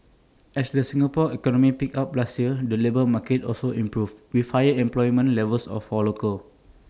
as the Singapore economy picked up last year the labour market also improved with higher employment levels A for locals